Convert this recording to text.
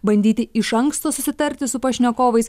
bandyti iš anksto susitarti su pašnekovais